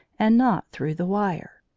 and not through the wire.